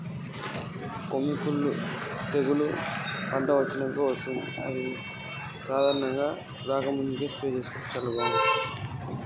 కొమ్మి కుల్లు తెగులు అంటే ఏంది?